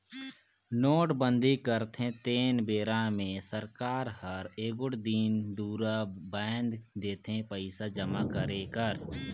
नोटबंदी करथे तेन बेरा मे सरकार हर एगोट दिन दुरा बांएध देथे पइसा जमा करे कर